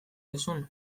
duzun